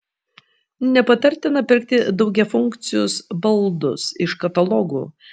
nepatartina pirkti daugiafunkcius baldus iš katalogų